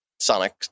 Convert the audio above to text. sonic